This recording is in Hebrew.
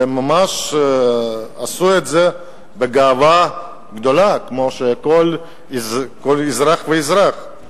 שממש עשו את זה בגאווה גדולה כמו כל אזרח ואזרח.